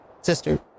Sister